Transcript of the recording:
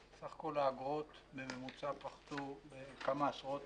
האגרות פחתו בממוצע בכמה עשרות